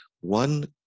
one